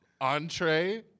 entree